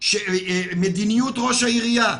מדיניות ראש העירייה,